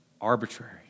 Arbitrary